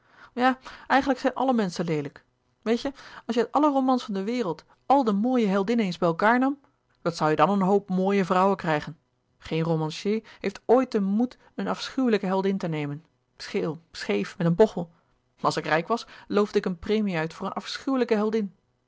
ja eigenlijk zijn alle menschen leelijk weet je als je uit alle romans van de wereld al de mooie heldinnen eens bij elkaâr nam wat zoû je dan een hoop mooie vrouwen krijgen geen romancier heeft ooit den moed een afschuwelijke heldin te nemen scheel scheef met een bochel als ik rijk was loofde ik een premie uit voor een afschuwelijke heldin